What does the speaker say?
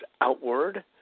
outward